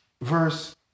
verse